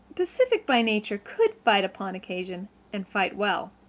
pacific by nature, could fight upon occasion and fight well.